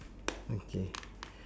okay